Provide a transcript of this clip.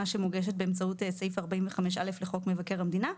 שמוגשת באמצעות סעיף 45(א) לחוק מבקר המדינה.